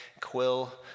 Quill